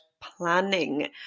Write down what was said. planning